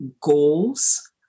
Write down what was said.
goals